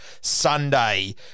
Sunday